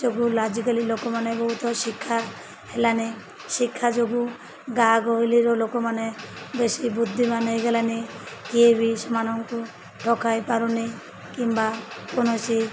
ଯୋଗୁଁ ଆଜିକାଲି ଲୋକମାନେ ବହୁତ ଶିକ୍ଷା ହେଲାନି ଶିକ୍ଷା ଯୋଗୁଁ ଗାଁ ଗହଲିର ଲୋକମାନେ ବେଶୀ ବୁଦ୍ଧିମାନ ହେଇଗଲାନି ିଯିଏ ବି ସେମାନଙ୍କୁ ଠକାଇ ପାରୁନି କିମ୍ବା କୌଣସି